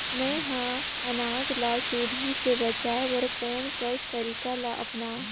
मैं ह अनाज ला सुरही से बचाये बर कोन कस तरीका ला अपनाव?